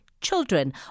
children